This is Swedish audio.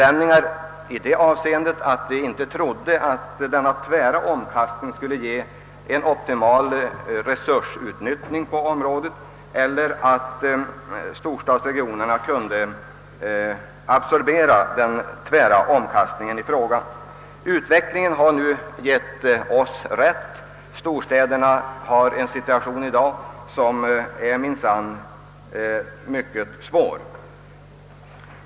Från centerpartiets sida gjordes den invändningen, att vi inte trodde att denna tvära omkastning skulle leda till ett optimalt resursutnyttjande på området eller att storstadsregionerna skulle kunna absorbera den tilldelning som blev resultatet av den tvära omkastningen. Utvecklingen har sannerligen gett oss rätt: storstädernas situation på detta område har inte förbättrats. Den är i dag mycket svår.